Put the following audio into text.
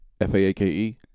F-A-A-K-E